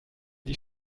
die